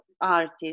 artist